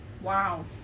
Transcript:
Wow